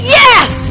yes